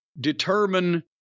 determine